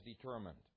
determined